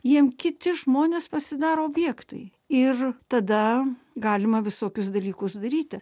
jiem kiti žmonės pasidaro objektai ir tada galima visokius dalykus daryti